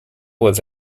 was